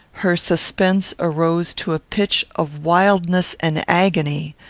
her suspense arose to a pitch of wildness and agony.